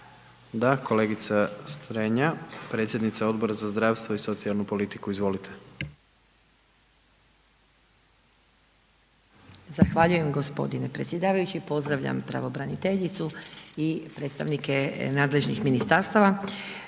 Da, kolega Strenja, predsjednica Odbora za zdravstvo i socijalnu politiku, izvolite. **Strenja, Ines (Nezavisni)** Zahvaljujem gospodine predsjedavajući, pozdravljam pravobraniteljicu i predstavnike nadležnih ministarstava.